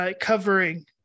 Covering